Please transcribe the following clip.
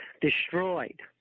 destroyed